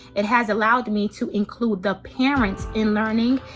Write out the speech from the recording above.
it has allowed me to include the parents in learning,